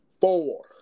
four